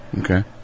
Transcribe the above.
Okay